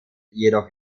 jedoch